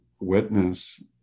witness